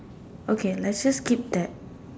okay let's just keep that